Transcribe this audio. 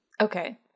Okay